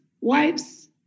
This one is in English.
wives